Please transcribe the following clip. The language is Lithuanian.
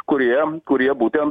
kurie kurie būtent